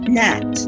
net